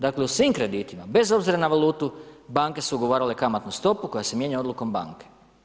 Dakle u svim kreditima bez obzira na valutu, banke su ugovarale kamatnu stopu koja se mijenja odlukom banke.